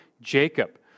Jacob